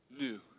new